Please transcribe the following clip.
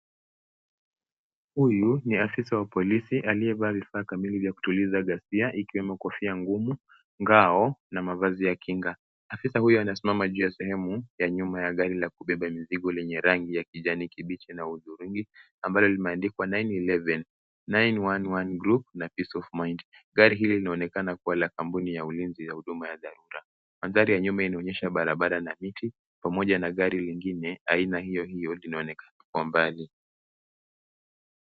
Huyu ni afisa wa polisi aliyevaa vifaa kamili vya kutuliza ghasia ikiwemo kofia ngumu, ngao na mavazi ya kinga. Afisa huyo anasimama juu ya sehemu ya nyuma ya gari la kubeba mizigo lenye rangi ya kijani kibichi na udhurungi ambalo limeandikwa 9-1-1, 911 Group na Peace of Mind . Gari hili linaonekana kuwa la kampuni ya ulinzi ya huduma ya dharura. Mandhari ya nyuma inaonyesha barabara na miti pamoja na gari lingine aina hiyo hiyo linaonekana kwa mbali.